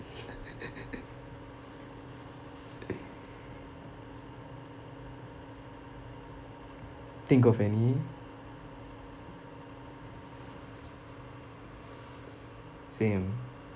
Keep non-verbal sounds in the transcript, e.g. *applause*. *laughs* *noise* think of any s~ same